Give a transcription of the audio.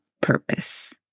purpose